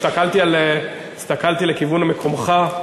הסתכלתי לכיוון מקומך,